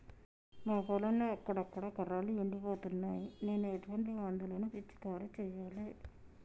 మా పొలంలో అక్కడక్కడ కర్రలు ఎండిపోతున్నాయి నేను ఎటువంటి మందులను పిచికారీ చెయ్యాలే?